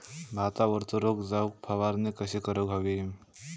भातावरचो रोग जाऊक फवारणी कशी करूक हवी?